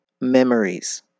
memories